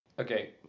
Okay